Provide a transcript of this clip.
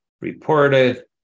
reported